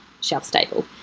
shelf-stable